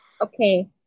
Okay